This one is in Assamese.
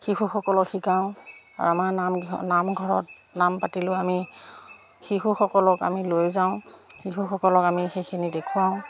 শিশুসকলক শিকাও আৰু আমাৰ নাম নামঘৰত নাম পাতিলেও আমি শিশুসকলক আমি লৈ যাও শিশুসকলক আমি সেইখিনি দেখুৱাও